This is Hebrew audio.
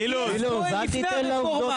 תבדקי, לא נכון.